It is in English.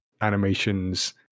animations